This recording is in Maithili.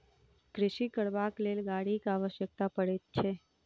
कृषि करबाक लेल गाड़ीक आवश्यकता पड़ैत छै